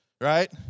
Right